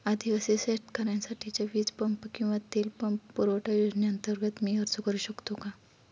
आदिवासी शेतकऱ्यांसाठीच्या वीज पंप किंवा तेल पंप पुरवठा योजनेअंतर्गत मी अर्ज करू शकतो का?